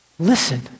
Listen